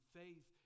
faith